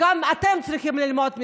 גם אתם צריכים ללמוד מזה.